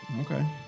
Okay